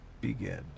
Begin